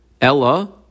Ella